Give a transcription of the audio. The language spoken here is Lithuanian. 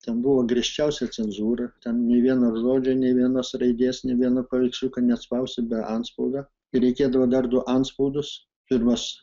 ten buvo griežčiausiai cenzūra ten nei vieno žodžio nei vienos raidės nei vieno paveiksliuko nespausi be antspaudo ir reikėdavo dar du antspaudus pirmas